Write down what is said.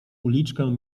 uliczkę